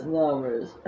numbers